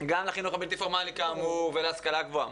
גם לחינוך הבלתי-פורמלי, כאמור, ולהשכלה גבוהה.